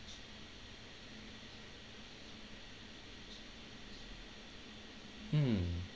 hmm